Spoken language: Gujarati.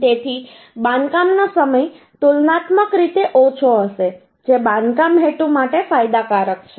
તેથી બાંધકામનો સમય તુલનાત્મક રીતે ઓછો હશે જે બાંધકામ હેતુ માટે ફાયદાકારક છે